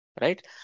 right